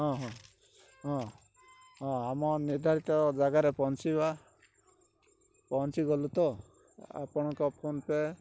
ହଁ ହଁ ହଁ ହଁ ଆମ ନିର୍ଦ୍ଧାରିତ ଜାଗାରେ ପହଞ୍ଚିବା ପହଞ୍ଚିଗଲୁ ତ ଆପଣଙ୍କ ଫୋନ୍ ପେ